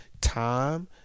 Time